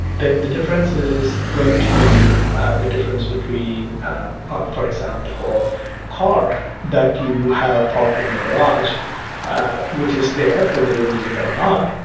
the the difference is going to be the difference between for example, a car that you have parked in your garage which is there whether you need it or not.